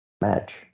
match